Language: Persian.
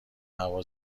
هوا